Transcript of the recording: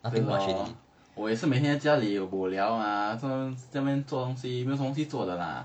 ya lor 我也是每天在家里 bo liao mah 在那边做东西没有东西做的 lah